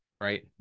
right